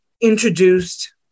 introduced